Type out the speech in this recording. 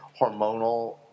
hormonal